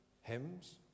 hymns